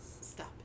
Stop